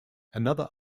another